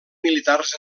militars